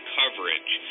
coverage